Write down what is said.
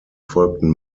folgten